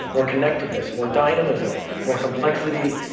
more connectedness, more dynamism, more complexity,